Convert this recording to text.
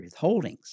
withholdings